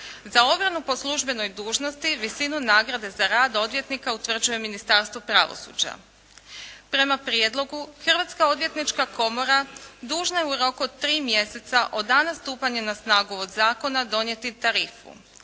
Za obranu po službenoj dužnosti visinu nagrade za rad odvjetnika utvrđuje Ministarstvo pravosuđa. Prema prijedlogu Hrvatska odvjetnička komora dužna je u roku od 3 mjeseca od dana stupanja na snagu ovog zakona donijeti tarifu.